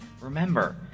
Remember